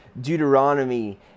Deuteronomy